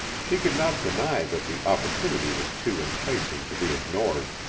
she could not deny that the opportunity was too enticing to be ignored,